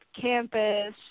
campus